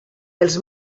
els